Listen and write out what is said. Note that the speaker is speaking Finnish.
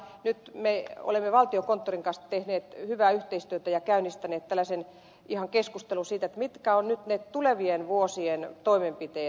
nyt me olemme valtiokonttorin kanssa tehneet hyvää yhteistyötä ja käynnistäneet tällaisen keskustelun siitä mitkä ovat tulevien vuosien toimenpiteet